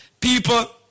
People